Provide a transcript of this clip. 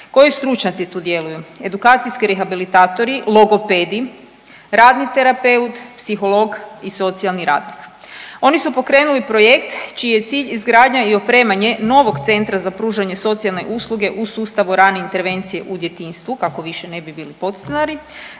Koji stručnjaci tu djeluju? Edukacijski rehabilitatori, logopedi, radni terapeut, psiholog i socijalni radnik. Oni su pokrenuli projekt čiji je cilj izgradnja i opremanje novog Centra za pružanje socijalne usluge u sustavu rane intervencije u djetinjstvu kako više ne bi bili podstanari,